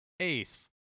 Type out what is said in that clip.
Ace